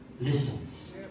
listens